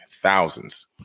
thousands